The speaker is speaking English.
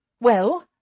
Well